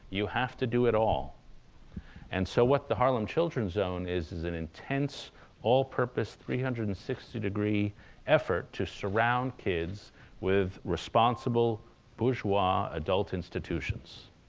you have to do it all and so what the harlem children's zone is, is an intense all-purpose three hundred and sixty degree effort to surround kids with responsible bourgeois adult institutions.